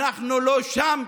אנחנו לא שם,